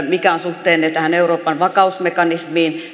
mikä on suhteenne euroopan vakausmekanismiin